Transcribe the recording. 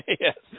Yes